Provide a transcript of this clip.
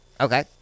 okay